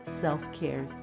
self-care